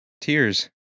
tears